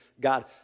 God